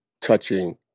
touching